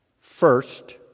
first